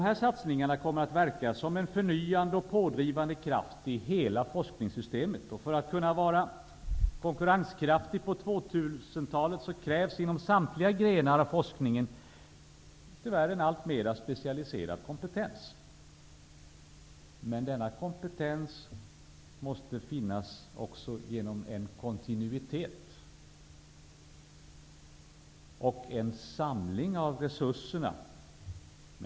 Dessa kommer att verka som en förnyande och pådrivande kraft i hela forskningssystemet. För att vi skall kunna vara konkurrenskraftiga på 2000-talet krävs inom samtliga grenar av forskningen en alltmer specialiserad kompetens. Denna kompetens måste finnas också i form av en kontinuitet, en samling av resurserna.